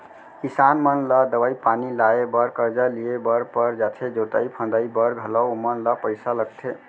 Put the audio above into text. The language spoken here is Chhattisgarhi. किसान मन ला दवई पानी लाए बर करजा लिए बर पर जाथे जोतई फंदई बर घलौ ओमन ल पइसा लगथे